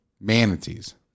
manatees